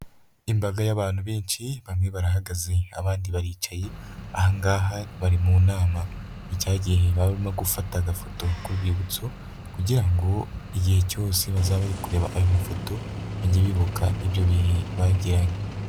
Imbaga y'abantu benshi, bamwe barahagaze abandi baricaye; aha ngaha bari mu nama. Ni cyagihe baba barimo gufata agafoto ku rwibutso, kugira ngo igihe cyose bazaba bari kureba ayo mafoto, bajye bibuka ibyo bihe bagiranye.